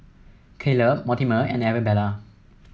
Caleb Mortimer and Arabella